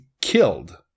killed